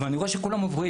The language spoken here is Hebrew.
אבל אני רואה שכולם עוברים.